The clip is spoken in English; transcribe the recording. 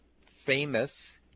famous